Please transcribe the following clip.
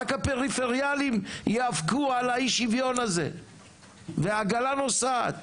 רק הפריפריילים יאבקו על האי שיוון הזה והעגלה נוסעת